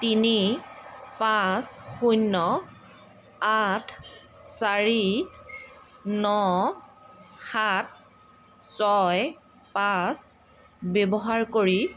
তিনি পাঁচ শূন্য আঠ চাৰি ন সাত ছয় পাঁচ ব্যৱহাৰ কৰি